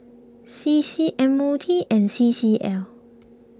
C C M O T and C C L